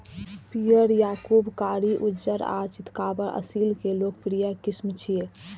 पीयर, याकूब, कारी, उज्जर आ चितकाबर असील के लोकप्रिय किस्म छियै